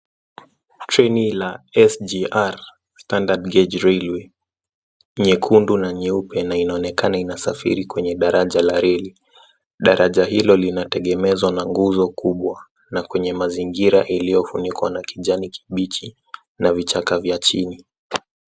Treni la SGR Standard Gauge Railway nyekundu na nyeupe na inonekana inasafiri kwenye daraja la reli. Daraja hilo linategemezwa na nguzo kubwa na kwenye maziingira iliofunikwa na kijani kibichi na vichaka vya chini.